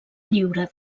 lliure